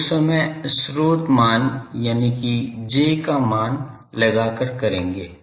तो उस समय स्रोत मान यानि की J का मान लगाकर करेंगे